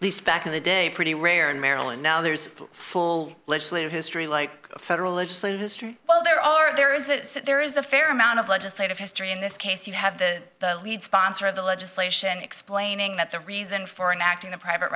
pretty lease back in the day pretty rare in maryland now there's full legislative history like federal legislators history there are there is that there is a fair amount of legislative history in this case you have the the lead sponsor of the legislation explaining that the reason for an act in a private